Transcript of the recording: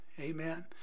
Amen